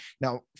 Now